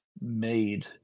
made